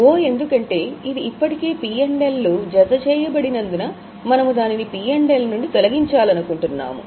O ఎందుకంటే ఇది ఇప్పటికే P L లలో జతచేయబడినందున మనము దానిని P L నుండి తొలగించాలనుకుంటున్నాము